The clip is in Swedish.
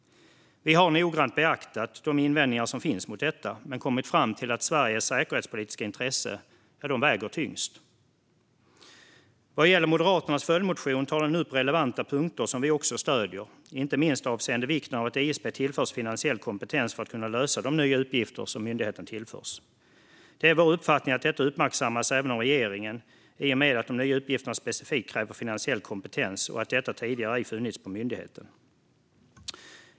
Vi har noggrant beaktat de invändningar som finns mot detta men kommit fram till att Sveriges säkerhetspolitiska intressen väger tyngst. I Moderaternas följdmotion tas det upp relevanta punkter som vi också stöder, inte minst avseende vikten av att ISP tillförs finansiell kompetens för att kunna lösa de nya uppgifter som myndigheten tillförs. Det är vår uppfattning att detta uppmärksammas även av regeringen i och med att de nya uppgifterna specifikt kräver finansiell kompetens och att detta tidigare ej funnits på myndigheten.